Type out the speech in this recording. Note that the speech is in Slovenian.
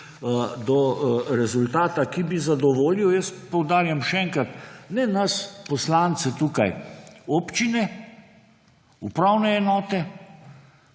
do rezultata, ki bi zadovoljil. Jaz poudarjam še enkrat, ne nas poslance tukaj, občine, upravne enote,